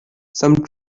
some